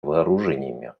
вооружениями